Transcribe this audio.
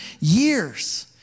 years